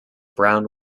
brown